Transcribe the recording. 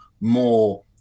more